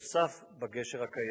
נוסף בגשר הקיים,